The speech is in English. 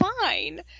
fine